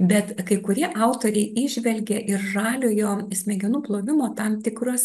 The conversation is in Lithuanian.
bet kai kurie autoriai įžvelgė ir žaliojo smegenų plovimo tam tikrus